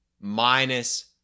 minus